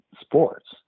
sports